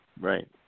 Right